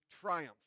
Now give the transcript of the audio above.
triumph